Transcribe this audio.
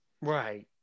Right